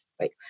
right